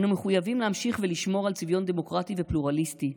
אנו מחויבים להמשיך לשמור על צביון דמוקרטי ופלורליסטי.